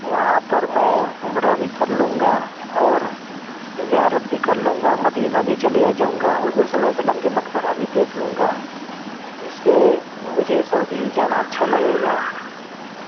وہاں پر میں عمرہ بھی کر لوں گا اور زیارت بھی کر لوں گا مدینہ بھی چلے جاؤں گا حضور صلی اللہ علیہ و سلم کے مقبرہ بھی دیکھ لوں گا اس سے مجھے سعودی ہی جانا اچھا لگے گا